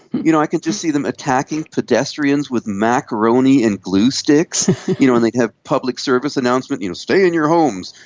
you know, i can just see them attacking pedestrians with macaroni and glue sticks you know and they'd have public service announcements, you know, stay in your homes,